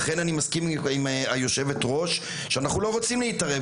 לכן אני מסכים עם היושבת-ראש שאנחנו לא רוצים להתערב,